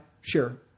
Sure